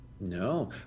No